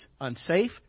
unsafe